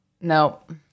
Nope